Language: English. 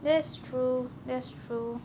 that's true that's true